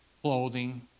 clothing